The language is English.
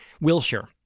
Wilshire